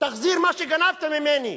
תחזיר מה שגנבת ממני.